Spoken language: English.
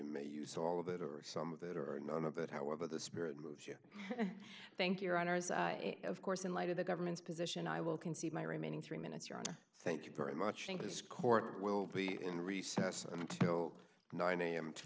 may use all of that or some of that or none of that however the spirit moves you thank your honour's it of course in light of the government's position i will concede my remaining three minutes your honor thank you very much in this court will be in recess until nine am to